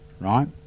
right